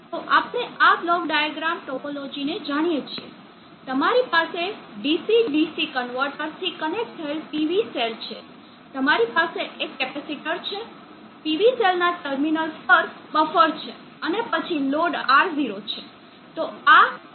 તો આપણે આ બ્લોક ડાયાગ્રામ ટોપોલોજીને જાણીએ છીએ તમારી પાસે DC DC કન્વર્ટર થી કનેક્ટ થયેલ PV સેલ છે તમારી પાસે એક કેપેસિટર છે PV સેલના ટર્મિનલ્સ પર બફર છે અને પછી લોડ R0 છે